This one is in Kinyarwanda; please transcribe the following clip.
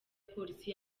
polisi